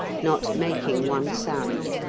not making one sound.